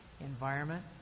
environment